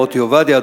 מוטי עובדיה,